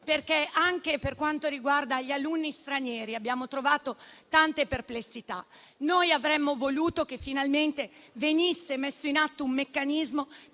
perché anche per quanto riguarda gli alunni stranieri abbiamo tante perplessità. Avremmo voluto che finalmente venisse messo in atto un meccanismo